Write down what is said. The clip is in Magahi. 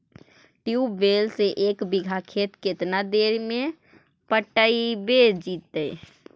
ट्यूबवेल से एक बिघा खेत केतना देर में पटैबए जितै?